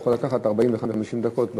זה יכול לקחת 40 או 50 דקות.